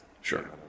Sure